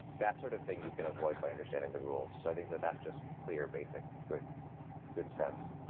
that sort of thing you can avoid by understanding the rules. i think that that's just clear basic good good sense.